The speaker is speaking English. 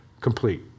complete